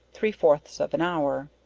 three fourths of an hour.